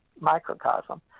microcosm